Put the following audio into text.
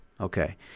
okay